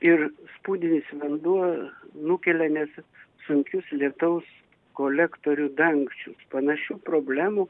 ir spūdinis vanduo nukelia nes sunkius lietaus kolektorių dangčius panašių problemų